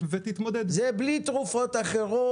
זה ובלי תרופות אחרות,